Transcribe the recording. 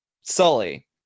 Sully